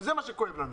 זה מה שכואב לנו.